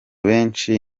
benshi